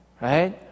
Right